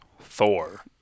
Thor